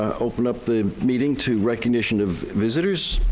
open up the meeting to recognition of visitors.